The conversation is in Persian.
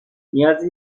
نیازی